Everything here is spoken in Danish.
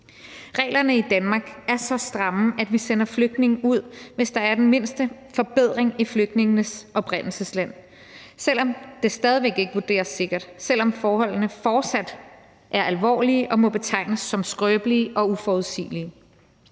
Reglerne i Danmark er så stramme, at vi sender flygtninge ud, hvis der er den mindste forbedring i flygtningenes oprindelsesland, selv om det stadig væk ikke vurderes sikkert, selv om forholdene fortsat er alvorlige og må betegnes som skrøbelige og uforudsigelige.